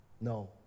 No